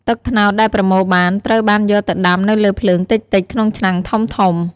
ទឹកត្នោតដែលប្រមូលបានត្រូវបានយកទៅដាំនៅលើភ្លើងតិចៗក្នុងឆ្នាំងធំៗ។